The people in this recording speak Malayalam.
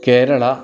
കേരള